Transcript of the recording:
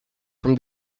from